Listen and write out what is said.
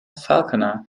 falconer